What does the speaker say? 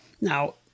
Now